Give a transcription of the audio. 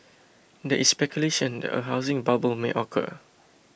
there is speculation that a housing bubble may occur